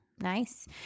nice